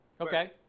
Okay